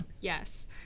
yes